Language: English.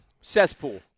cesspool